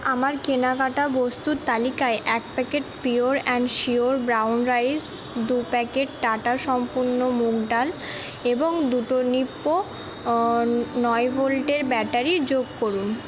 আমার কেনাকাটা বস্তুর তালিকায় এক packet pure and sure brown rice দু প্যাকেট টাটা সম্পূর্ণ মুগ ডাল এবং দুটো নিপ্পো নয় ভোল্টের ব্যাটারি যোগ করুন